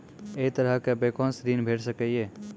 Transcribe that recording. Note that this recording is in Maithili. ऐ तरहक बैंकोसऽ ॠण भेट सकै ये?